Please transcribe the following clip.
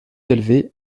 élevée